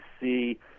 see